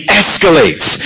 escalates